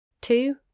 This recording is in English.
two